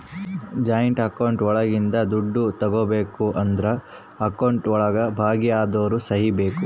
joint account ಒಳಗಿಂದ ದುಡ್ಡು ತಗೋಬೇಕು ಅಂದ್ರು ಅಕೌಂಟ್ ಒಳಗ ಭಾಗಿ ಅದೋರ್ ಸಹಿ ಬೇಕು